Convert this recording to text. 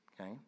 Okay